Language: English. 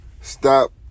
stop